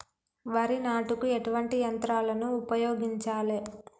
వరి నాటుకు ఎటువంటి యంత్రాలను ఉపయోగించాలే?